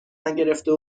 نگرفته